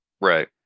Right